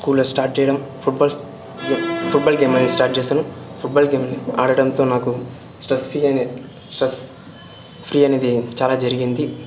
స్కూల్లో స్టార్ట్ చేయడం ఫుడ్బాల్ గే ఫుడ్బాల్ గేమ్ అనేది స్టార్ట్ చేశాను ఫుడ్బాల్ గేమ్ ఆడటంతో నాకు స్ట్రెస్ ఫ్రీ అని స్ట్రెస్ ఫ్రీ అనేది చాలా జరిగింది